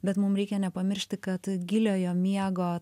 bet mum reikia nepamiršti kad giliojo miego